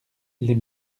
les